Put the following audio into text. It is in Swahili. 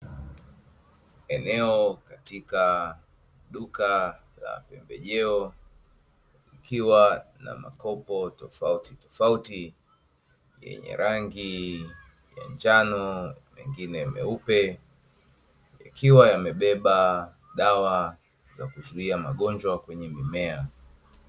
Eneo katika duka la pembejeo kukiwa na makopo tofauti tofauti yenye rangi ya njano, mengine meupe, ikiwa yamebeba dawa za kuzuia magonjwa kwenye mimea.